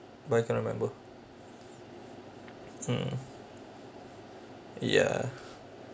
but I can't remember mm ya